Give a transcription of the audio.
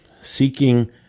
seeking